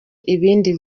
ibindi